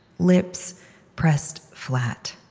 lips pressed flat.